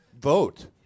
vote